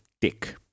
tick